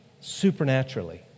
Supernaturally